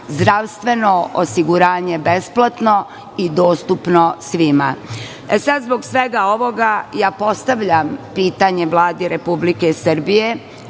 zdravstveno osiguranje besplatno i dostupno svima. Zbog svega ovoga, postavljam pitanje Vladi Republike Srbije